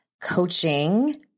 coaching